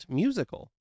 musical